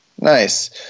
Nice